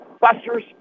Busters